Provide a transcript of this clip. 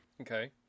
Okay